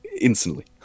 instantly